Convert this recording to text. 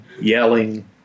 yelling